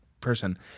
person